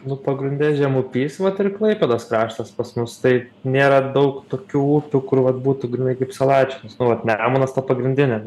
nu pagrinde žemupys vat ir klaipėdos kraštas pas mus taip nėra daug tokių upių kur vat būtų grynai kaip salačiams nu vat nemunas ta pagrindinė